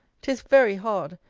tis very hard,